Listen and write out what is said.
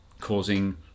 causing